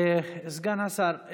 סגן השר,